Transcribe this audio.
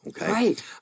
Right